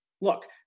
Look